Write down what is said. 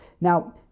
Now